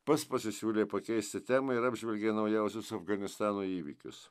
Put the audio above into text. pats pasisiūlė pakeisti temą ir apžvelgė naujausius afganistano įvykius